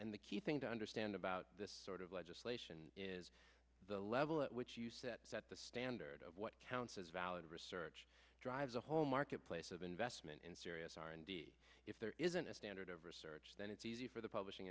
and the key thing to understand about this sort of legislation is the level at which you set the standard of what counts as valid research drives a whole marketplace of investment in serious r and d if there isn't a standard of research then it's easy for the publishing